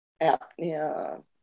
apnea